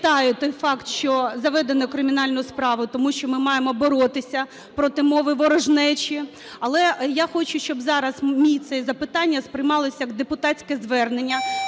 Я вітаю той факт, що заведено кримінальну справу, тому що ми маємо боротися проти мови ворожнечі. Але я хочу, щоб зараз моє це запитання сприймалося як депутатське звернення.